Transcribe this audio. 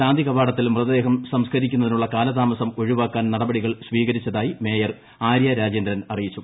ശാന്തികവാടത്തിൽ മൃതദേഹം സംസ്ക്കരിക്കുന്നതിലുള്ള കാലതാമസം ഒഴിവാക്കാൻ നടപടികൾ സ്വീകരിച്ചതായി മേയർ ആര്യ രാജേന്ദ്രൻ അറിയിച്ചു